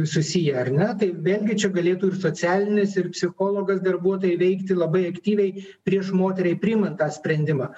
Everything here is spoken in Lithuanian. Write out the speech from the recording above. susiję ar ne tai vėlgi čia galėtų ir socialinis ir psichologas darbuotojai veikti labai aktyviai prieš moteriai priimant tą sprendimą